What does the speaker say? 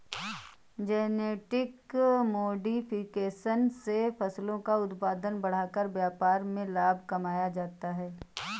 genetic modification से फसलों का उत्पादन बढ़ाकर व्यापार में लाभ कमाया जाता है